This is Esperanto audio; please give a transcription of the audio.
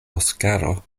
oskaro